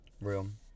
Room